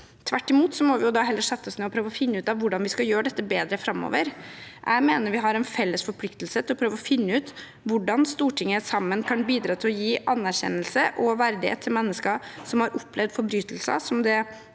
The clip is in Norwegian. Tvert imot må vi heller sette oss ned og prøve å finne ut av hvordan vi skal gjøre dette bedre framover. Jeg mener vi har en felles forpliktelse til å prøve å finne ut hvordan Stortinget sammen kan bidra til å gi anerkjennelse og verdighet til mennesker som har opplevd forbrytelser som